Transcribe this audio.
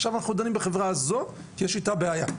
עכשיו אנחנו דנים בחברה הזאת, כי יש איתה בעיה.